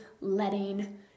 letting